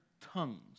tongues